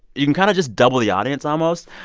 you can kind of just double the audience almost.